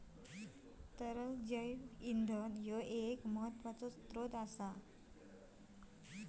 तरल जैव इंधन एक महत्त्वाचो स्त्रोत असा